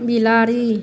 बिलाड़ि